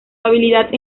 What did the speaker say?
habilidad